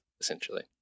essentially